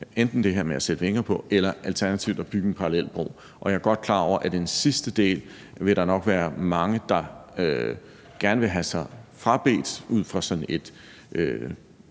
Enten det her med at sætte vinger på eller alternativt at bygge en parallel bro. Og jeg er godt klar over, at den sidste del vil der nok være mange der gerne vil have sig frabedt ud fra sådan et